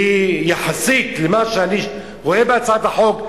יחסית למה שאני רואה בהצעת החוק,